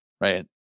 right